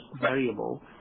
variable